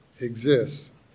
exists